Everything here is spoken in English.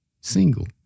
single